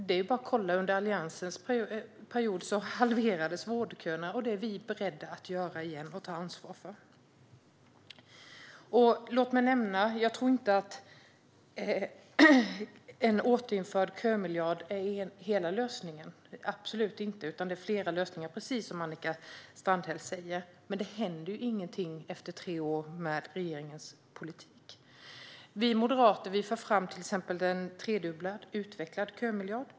Det är bara att se att under Alliansens period halverades vårdköerna, och det är vi beredda att ta ansvar för att göra igen. Jag tror inte att en återinförd kömiljard är hela lösningen, absolut inte, utan det behövs flera lösningar, precis som Annika Strandhäll säger. Men det händer ju ingenting efter tre år med regeringens politik. Vi moderater för till exempel fram en tredubblad, utvecklad kömiljard.